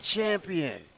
Champion